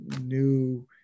new